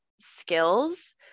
skills